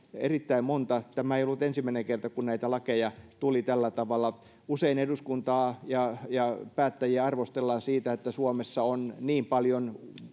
erittäin monta tämä ei ollut ensimmäinen kerta kun näitä lakeja tuli tällä tavalla usein eduskuntaa ja ja päättäjiä arvostellaan siitä että suomessa on niin paljon